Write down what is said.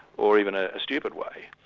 or even ah a stupid way.